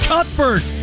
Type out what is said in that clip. Cuthbert